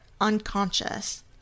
unconscious